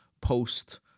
post